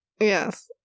Yes